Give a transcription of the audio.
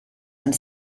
and